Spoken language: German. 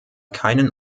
keinen